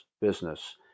business